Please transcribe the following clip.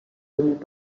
unit